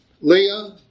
Leah